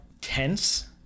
tense